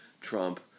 Trump